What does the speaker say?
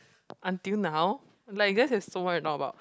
until now like you guys have so much to talk about